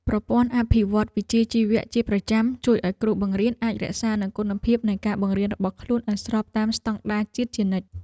ប្រព័ន្ធអភិវឌ្ឍវិជ្ជាជីវៈជាប្រចាំជួយឱ្យគ្រូបង្រៀនអាចរក្សានូវគុណភាពនៃការបង្រៀនរបស់ខ្លួនឱ្យស្របតាមស្តង់ដារជាតិជានិច្ច។